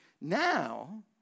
Now